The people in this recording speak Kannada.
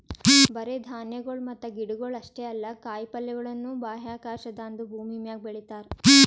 ಬರೇ ಧಾನ್ಯಗೊಳ್ ಮತ್ತ ಗಿಡಗೊಳ್ ಅಷ್ಟೇ ಅಲ್ಲಾ ಕಾಯಿ ಪಲ್ಯಗೊಳನು ಬಾಹ್ಯಾಕಾಶದಾಂದು ಭೂಮಿಮ್ಯಾಗ ಬೆಳಿತಾರ್